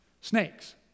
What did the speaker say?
snakes